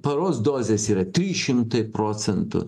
paros dozės yra trys šimtai procentų